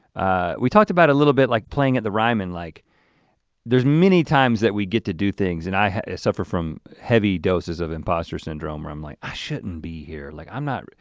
we talked about it a little bit, like playing at the ryman, like there's many times that we get to do things and i suffer from heavy doses of imposter syndrome where i'm like i shouldn't be here, like i'm not,